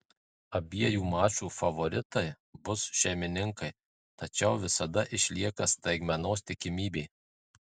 abiejų mačų favoritai bus šeimininkai tačiau visada išlieka staigmenos tikimybė